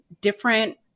different